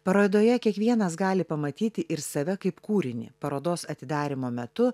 parodoje kiekvienas gali pamatyti ir save kaip kūrinį parodos atidarymo metu